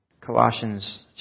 Colossians